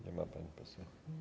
Nie ma pani poseł.